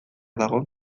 dago